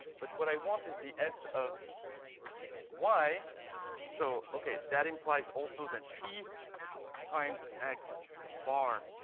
but what i want is the s of y so ok, that implies also that p times x bar,